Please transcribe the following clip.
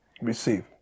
Receive